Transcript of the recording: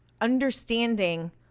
understanding